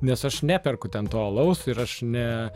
nes aš neperku ten to alaus ir aš ne